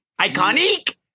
iconic